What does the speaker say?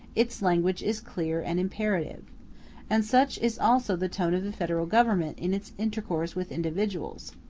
its language is clear and imperative and such is also the tone of the federal government in its intercourse with individuals,